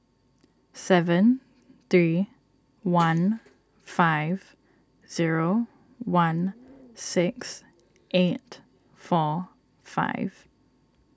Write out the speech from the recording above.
seven three one five zero one six eight four five